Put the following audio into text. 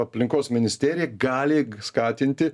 aplinkos ministerija gali skatinti